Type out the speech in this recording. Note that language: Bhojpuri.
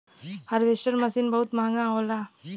हारवेस्टर मसीन बहुत महंगा होला